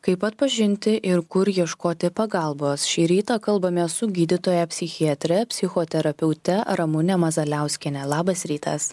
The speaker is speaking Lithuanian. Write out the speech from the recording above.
kaip atpažinti ir kur ieškoti pagalbos šį rytą kalbamės su gydytoja psichiatre psichoterapeute ramune mazaliauskiene labas rytas